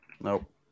Nope